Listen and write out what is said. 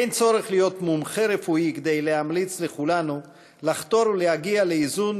אין צורך להיות מומחה רפואי כדי להמליץ לכולנו לחתור להגיע לאיזון,